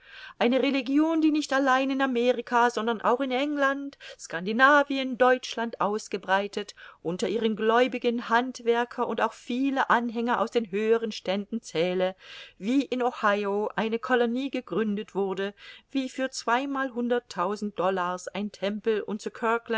eine religion die nicht allein in amerika sondern auch in england skandinavien deutschland ausgebreitet unter ihren gläubigen handwerker und auch viele anhänger aus den höheren ständen zähle wie in ohio eine colonie gegründet wurde wie für zweimalhunderttausend dollars ein tempel und